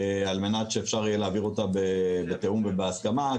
על מנת שאפשר יהיה להעביר אותה בתיאום ובהסכמה.